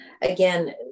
again